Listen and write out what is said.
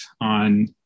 on